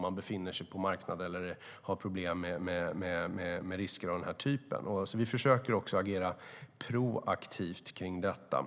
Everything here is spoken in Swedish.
man befinner sig på marknader eller har problem med risker av den här typen. Vi försöker alltså att agera proaktivt kring detta.